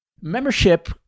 Membership